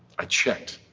i checked.